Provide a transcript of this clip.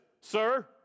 sir